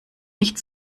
nicht